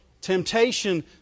Temptation